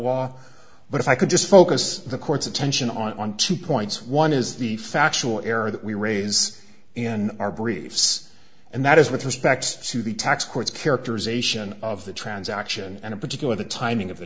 law but if i could just focus the court's attention on two points one is the factual error that we raise in our briefs and that is with respect to the tax court's characterization of the transaction and in particular the timing of the